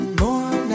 more